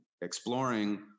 exploring